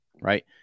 right